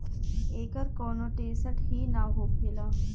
एकर कौनो टेसट ही ना होखेला